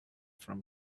from